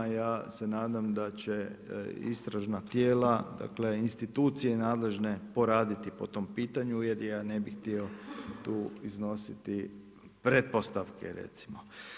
Ja se nadam da će istražna tijela, dakle institucije nadležne poraditi po tom pitanju jer ja ne bih htio tu iznositi pretpostavke recimo.